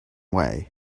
way